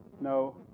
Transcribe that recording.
No